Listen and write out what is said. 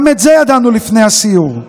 גם את זה ידענו לפני הסיור,